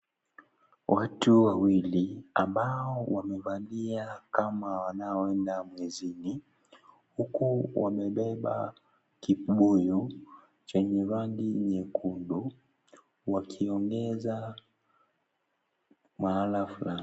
Watu wawili, ambao wamevalia kama wanaoenda mwezini, huku wamebeba kibuyu chenye rangi nyekundu, wakiongeza mahala fulani.